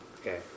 Okay